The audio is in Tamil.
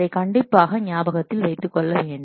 அதை கண்டிப்பாக ஞாபகத்தில் வைத்துக் கொள்ளவேண்டும்